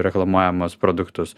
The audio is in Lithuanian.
reklamuojamus produktus